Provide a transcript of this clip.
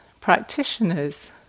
practitioners